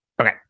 Okay